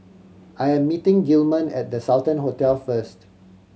I am meeting Gilman at The Sultan Hotel first